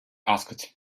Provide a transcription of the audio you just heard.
asked